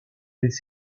les